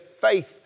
faith